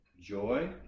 joy